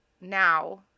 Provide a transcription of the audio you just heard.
now